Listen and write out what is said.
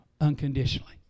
unconditionally